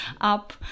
up